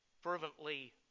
fervently